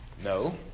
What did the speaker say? No